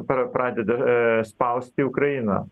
pra pradeda a spausti ukrainą